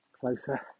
closer